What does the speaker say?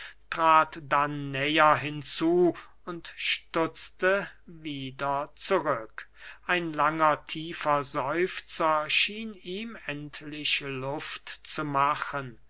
trat dann näher hinzu und stutzte wieder zurück ein langer tiefer seufzer schien ihm endlich luft zu machen